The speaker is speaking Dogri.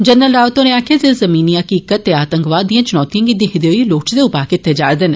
जनरल रावत होरें आक्खेआ जे जमीनी हकीकत ते आतंकवाद दिए चुनौतिएं गी दिक्खदे होई लोड़दे उपा कीते जा करदे न